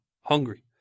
hungry